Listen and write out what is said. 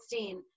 2016